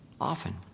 Often